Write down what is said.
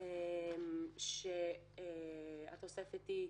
כשהתוספת היא: